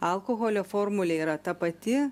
alkoholio formulė yra ta pati